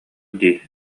дии